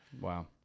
Wow